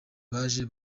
baje